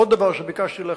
עוד דבר שביקשתי להכניס,